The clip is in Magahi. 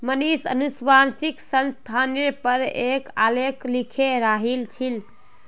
मनीष अनुवांशिक संशोधनेर पर एक आलेख लिखे रहिल छील